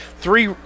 Three